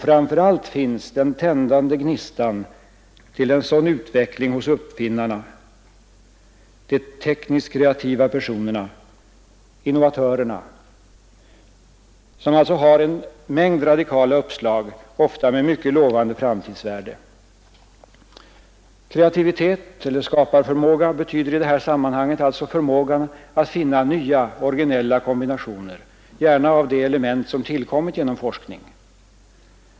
Framför allt finns den tändande gnistan till en sådan utveckling hos uppfinnarna, de tekniska, kreativa personerna, innovatörerna, som har en mängd radikala uppslag, ofta med mycket lovande framtidsvärde. Kreativitet eller skaparförmåga betyder i detta sammanhang alltså förmåga att finna nya originella kombinationer, gärna av de element som tillkommit genom forskning.